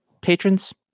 Patrons